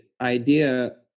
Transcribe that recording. idea